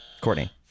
Courtney